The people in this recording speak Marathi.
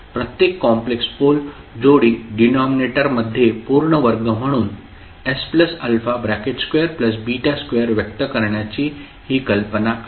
प्रत्येक कॉम्प्लेक्स पोल जोडी डिनॉमिनेटर मध्ये पूर्ण वर्ग म्हणून sα2 β2 व्यक्त करण्याची ही कल्पना आहे